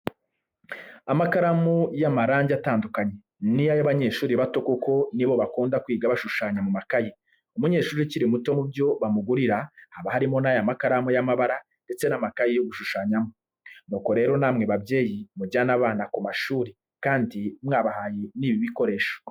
Amakaramu y'amarangi atandukanye, ni ay'abanyeshuri bato kuko nibo bakunda kwiga bashushanya mu makayi. Umunyeshuri ukiri muto mu byo bamugurira haba harimo n'aya makaramu y'amabara ndetse n'amakayi yo gushushanyamo. Nuko rero namwe babyeyi mujyane abana ku mashuri kandi mwabahaye n'ibi bikoresho.